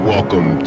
Welcome